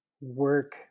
work